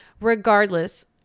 Regardless